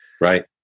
Right